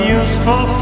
useful